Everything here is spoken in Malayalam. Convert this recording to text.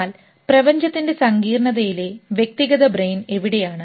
എന്നാൽ പ്രപഞ്ചത്തിൻറെ സങ്കീർണ്ണതയിലെ വ്യക്തിഗത ബ്രെയിൻ എവിടെയാണ്